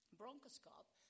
bronchoscope